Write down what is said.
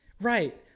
Right